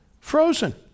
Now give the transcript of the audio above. Frozen